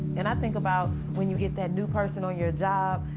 and i think about when you get that new person on your job.